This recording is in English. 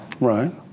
Right